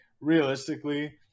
realistically